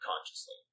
consciously